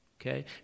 Okay